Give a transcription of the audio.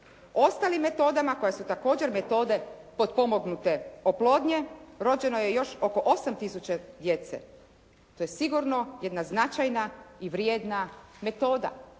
Ostalim metodama koje su također metode potpomognute oplodnje rođeno je još oko 8000 djece. To je sigurno jedna značajna i vrijedna metoda,